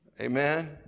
Amen